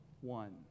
one